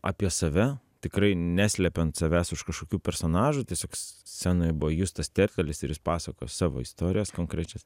apie save tikrai neslepiant savęs už kažkokių personažų tiesiog scenoje buvo justas tertelis ir jis pasakojo savo istorijas konkrečias